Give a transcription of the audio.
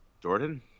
Jordan